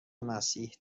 مسیح